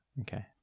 Okay